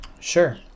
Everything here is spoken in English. sure